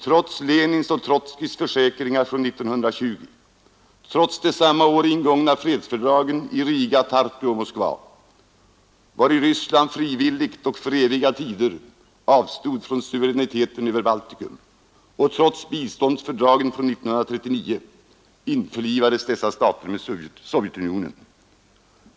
Trots Lenins och Trotskijs försäkringar från 1920, trots de samma år ingångna fredsfördragen i Riga, Tartu och Moskva i vilka Ryssland ”frivilligt och för eviga tider” avstod från suveräniteten över Balticum och trots biståndsfördragen av år 1939 införlivades dessa stater med Sovjetunionen.